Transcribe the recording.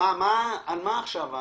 מה עכשיו ההתלהבות?